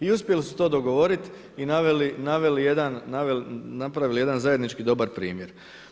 I uspjeli su to dogovoriti i naveli jedan, napravili jedan zajednički dobar primjer.